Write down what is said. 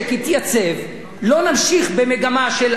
לא נמשיך במגמה של הפחתת מסים,